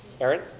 Aaron